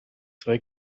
zwei